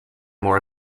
more